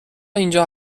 اینجا